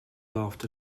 loved